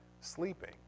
sleeping